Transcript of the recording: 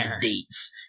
dates